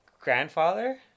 grandfather